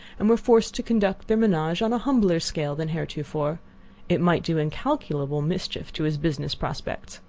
and were forced to conduct their menage on a humbler scale than heretofore. it might do incalculable mischief to his business prospects.